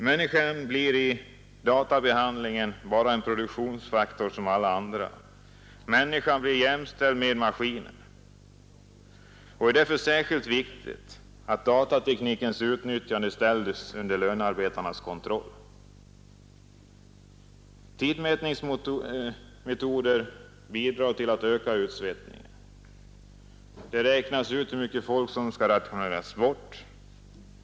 Människan blir i databehandlingen bara en produktionsfaktor bland alla andra. Människan blir jämställd med maskinen. Det är därför särskilt viktigt att datateknikens utnyttjande ställs under lönearbetarnas kontroll. Tidmätningsmetoder bidrar till att öka utsvettningen. Där räknas ut hur mycket folk som kan rationaliseras bort.